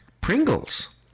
Pringles